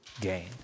gain